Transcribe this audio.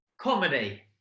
Comedy